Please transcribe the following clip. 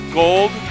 gold